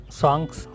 songs